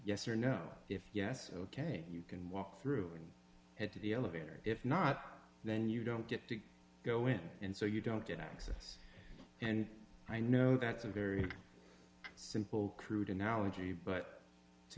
yes or no if yes ok you can walk through and head to the elevator if not then you don't get to go in and so you don't get access and i know that's a very simple crude analogy but to